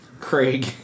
Craig